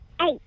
Eight